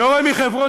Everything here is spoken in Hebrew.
היורה מחברון,